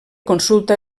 consulta